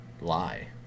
lie